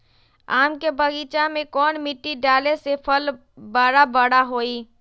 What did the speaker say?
आम के बगीचा में कौन मिट्टी डाले से फल बारा बारा होई?